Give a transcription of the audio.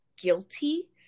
guilty